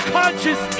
conscious